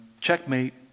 checkmate